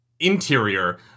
interior